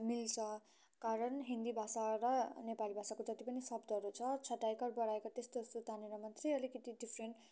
मिल्छ कारण हिन्दी भाषा र नेपाली भाषाको जति पनि शब्दहरू छ छोटा इकार बडा ईकार त्यस्तो सुर तानेर मात्रै अलिकति डिफरेन्ट